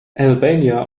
albania